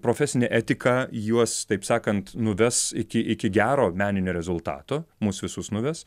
profesinė etika juos taip sakant nuves iki iki gero meninio rezultato mus visus nuves